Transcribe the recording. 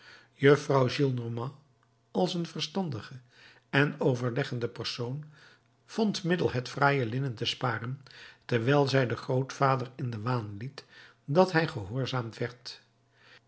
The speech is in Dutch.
juffrouw gillenormand als een verstandige en overleggende persoon vond middel het fraaie linnen te sparen terwijl zij den grootvader in den waan liet dat hij gehoorzaamd werd